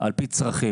על פי צרכים.